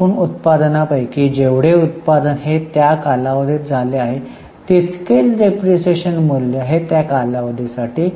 एकूण उत्पादन पैकी जेवढे उत्पादन हे त्या त्या कालावधीत झाले असेल तितकेच डिप्रीशीएशन मूल्य हे त्या कालावधी साठी